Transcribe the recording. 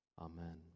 Amen